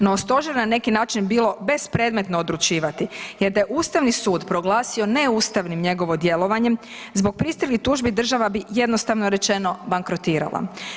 No, stožer je na neki način bilo bez predmetno odlučivati jer da je Ustavni sud proglasio neustavnim njegovo djelovanje zbog pristiglih tužbi država bi jednostavno rečeno bankrotirala.